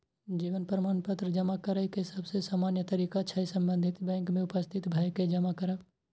जीवन प्रमाण पत्र जमा करै के सबसे सामान्य तरीका छै संबंधित बैंक में उपस्थित भए के जमा करब